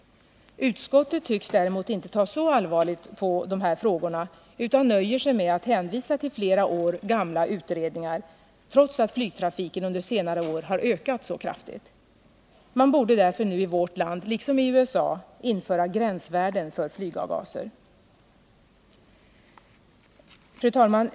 Utskottet tycks däremot inte ta så allvarligt på de här frågorna utan nöjer sig med att hänvisa till flera år gamla utredningar trots att flygtrafiken under senare år har ökat kraftigt. Man borde därför nu i vårt land liksom i USA införa gränsvärden för flygavgaser. Fru talman!